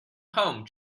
home